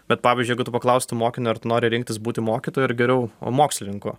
bet pavyzdžiui jeigu tu paklaustum mokinio ar tu nori rinktis būti mokytoju ir geriau mokslininku